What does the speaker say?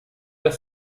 der